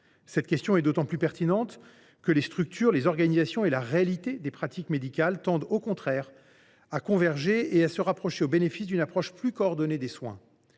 Cette question est d’autant plus pertinente que les structures, les organisations et la réalité des pratiques médicales tendent, au contraire, à converger et à se rapprocher au bénéfice d’une approche plus coordonnée des soins.